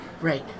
Right